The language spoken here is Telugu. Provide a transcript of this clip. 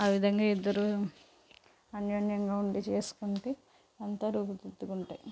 ఆ విధంగా ఇద్దరు అన్యోన్యంగా ఉండి చేస్కుంటే అంత రూపుదిద్దుకుంటాయి